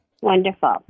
wonderful